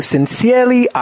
Sincerely